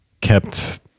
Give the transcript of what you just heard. kept